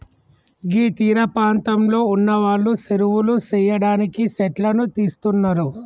గీ తీరపాంతంలో ఉన్నవాళ్లు సెరువులు సెయ్యడానికి సెట్లను తీస్తున్నరు